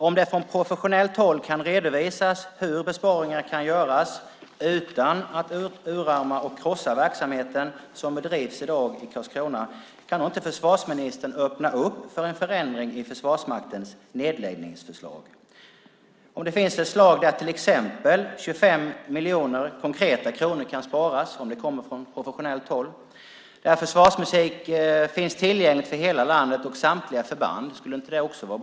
Om det från professionellt håll kan redovisas hur besparingar kan göras utan att utarma och krossa den verksamhet som bedrivs i dag i Karlskrona - kan då inte försvarsministern öppna upp för en förändring i Försvarsmaktens nedläggningsförslag? Om det kommer ett förslag från professionellt håll där till exempel 25 miljoner konkreta kronor kan sparas, där försvarsmusik finns tillgänglig för hela landet och samtliga förband - skulle inte det vara bra?